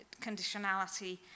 conditionality